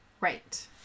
right